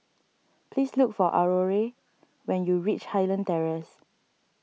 please look for Aurore when you reach Highland Terrace